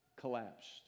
collapsed